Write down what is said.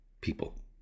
people